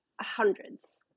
hundreds